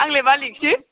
आंलाय मालिगसो